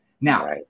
Now